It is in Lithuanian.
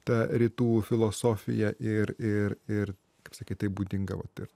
ta rytų filosofija ir ir ir kaip sakyt tai būdinga vat ir